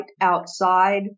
outside